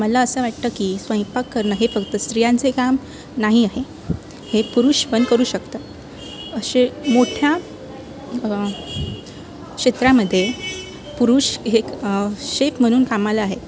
मला असं वाटतं की स्वयंपाक करणं हे फक्त स्त्रियांचे काम नाही आहे हे पुरुष पण करू शकतं असे मोठ्या क्षेत्रामध्ये पुरुष हे एक शेफ म्हणून कामाला आहे